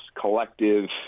collective